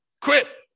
quit